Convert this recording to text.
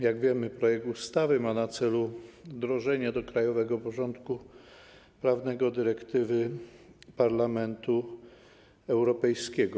Jak wiemy, projekt ustawy ma na celu wdrożenie do krajowego porządku prawnego dyrektywy Parlamentu Europejskiego.